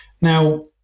Now